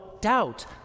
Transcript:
doubt